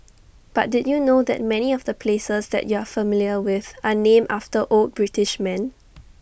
but did you know that many of the places that you're familiar with are named after old British men